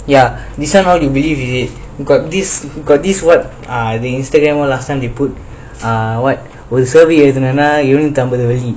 ya you somehow you believe in it if got this got this [what] are the instagram or last time they put err what was the surveys எழுதின்னேன எழுனுத்தி அம்பது வெள்ளி:ezhuthunaena ezhunothi ambathu velli